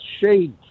Shade